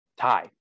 Tie